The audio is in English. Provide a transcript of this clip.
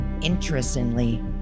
Interestingly